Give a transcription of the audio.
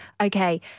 Okay